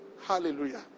Hallelujah